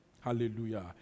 Hallelujah